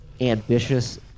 ambitious